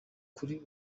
kuri